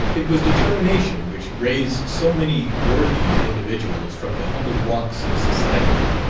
it was determination which raised so many worthy individuals from the humble walks of society,